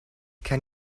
can